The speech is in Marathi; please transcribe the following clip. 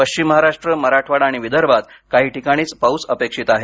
पश्चिम महाराष्ट्र मराठवाडा आणि विदर्भात काही ठिकाणीच पाऊस अपेक्षित आहे